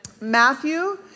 Matthew